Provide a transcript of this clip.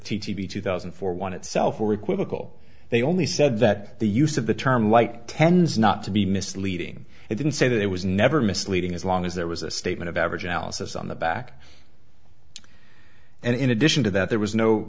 p two thousand and four one itself were equivocal they only said that the use of the term light tends not to be misleading i didn't say that it was never misleading as long as there was a statement of average analysis on the back and in addition to that there was no